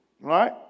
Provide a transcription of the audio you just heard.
right